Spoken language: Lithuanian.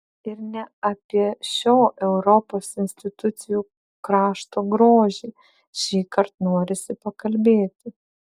ir ne apie šio europos institucijų krašto grožį šįkart norisi pakalbėti